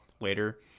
later